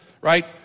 right